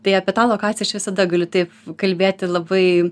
tai apie tą lokaciją aš visada galiu taip kalbėti labai